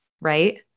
Right